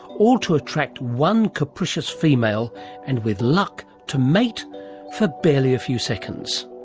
all to attract one capricious female and, with luck, to mate for barely a few seconds.